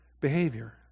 behavior